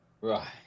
Right